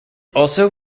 also